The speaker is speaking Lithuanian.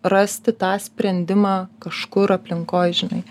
rasti tą sprendimą kažkur aplinkoj žinai